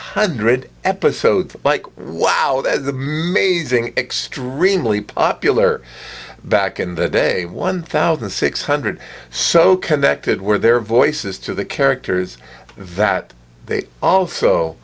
hundred episodes like wow that's amazing extremely popular back in the day one thousand six hundred so connected where their voices to the characters that they also